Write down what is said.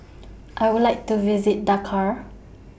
I Would like to visit Dakar